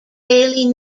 daily